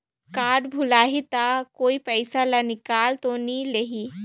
Card भुलाही ता कोई पईसा ला निकाल तो नि लेही?